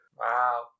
Wow